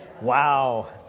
Wow